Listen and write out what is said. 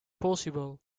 possible